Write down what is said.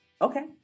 Okay